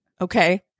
Okay